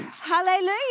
Hallelujah